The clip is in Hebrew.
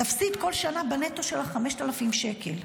תפסיד בכל שנה בנטו שלה 5,000 שקל.